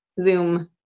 Zoom